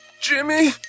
Jimmy